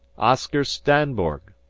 oscar standberg,